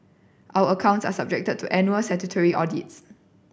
our accounts are subjected to annual statutory audits